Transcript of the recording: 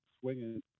swinging